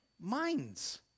Minds